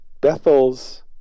Bethel's